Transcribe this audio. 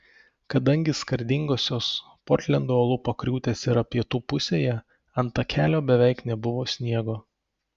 kadangi skardingosios portlendo uolų pakriūtės yra pietų pusėje ant takelio beveik nebuvo sniego